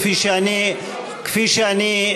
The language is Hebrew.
כפי שאני,